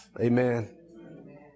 amen